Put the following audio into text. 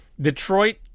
Detroit